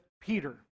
Peter